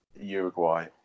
Uruguay